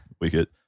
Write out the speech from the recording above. wicket